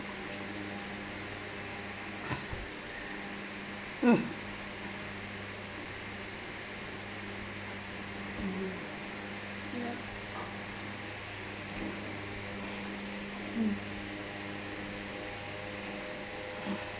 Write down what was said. mm mm ya mm